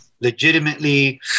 legitimately